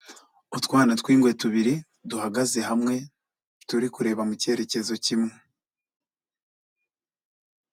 Utwana tw'ingwe tubiri duhagaze hamwe turi kureba mu cyerekezo kimwe.